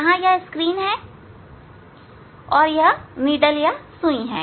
यहां यह स्क्रीन है और यह सुई है